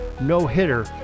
no-hitter